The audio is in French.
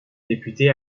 député